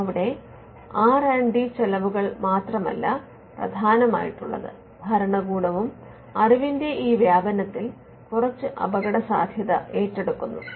അവിടെ R and D ചെലവുകൾ മാത്രമല്ല പ്രധാനമായിട്ടുള്ളത്ഭരണകൂടവും അറിവിന്റെ ഈ വ്യാപനത്തിൽ കുറച്ച് അപകടസാധ്യത ഏറ്റെടുക്കുന്നു